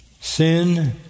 Sin